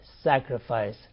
sacrifice